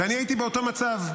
אני הייתי באותו מצב,